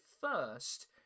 first